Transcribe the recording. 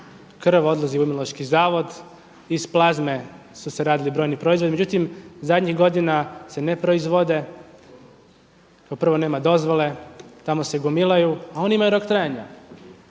krv odlazi u Imunološki zavod, iz plazme su se radili brojni proizvodi. Međutim, zadnjih godina se ne proizvode, kao prvo nema dozvole, tamo se gomilaju a oni imaju rok trajanja.